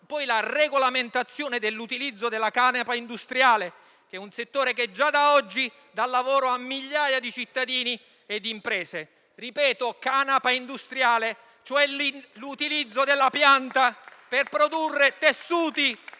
e alla regolamentazione dell'utilizzo della canapa industriale, un settore che già oggi dà lavoro a migliaia di cittadini e imprese. Ripeto, canapa industriale, cioè l'utilizzo della pianta per produrre tessuti,